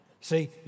See